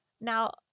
Now